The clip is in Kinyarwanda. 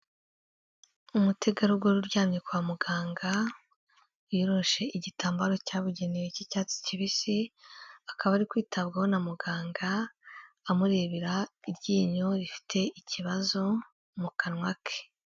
Umutegarugori uryamye kwa muganga, wiyoroshe igitambaro cyabugenewe cy'icyatsi kibisi, akaba ari kwitabwaho na muganga, amurebera iryinyo rifite ikibazo mu kanwa ke.